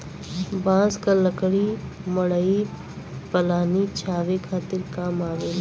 बांस क लकड़ी मड़ई पलानी छावे खातिर काम आवेला